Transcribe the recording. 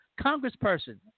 Congressperson